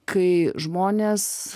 kai žmonės